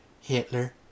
Hitler